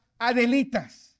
Adelitas